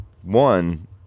one